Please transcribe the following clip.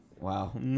Wow